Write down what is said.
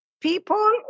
people